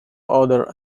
author